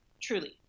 truly